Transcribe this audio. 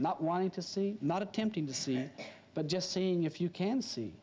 not wanting to see not attempting to see but just seeing if you can see